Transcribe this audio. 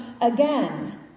again